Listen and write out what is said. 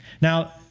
Now